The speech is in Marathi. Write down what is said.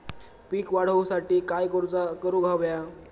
पीक वाढ होऊसाठी काय करूक हव्या?